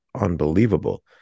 unbelievable